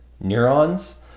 neurons